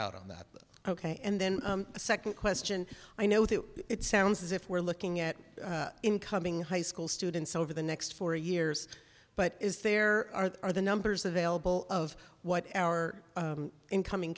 out on that ok and then the second question i know that it sounds as if we're looking at incoming high school students over the next four years but is there are the numbers available of what our incoming